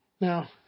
Now